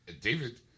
David